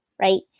right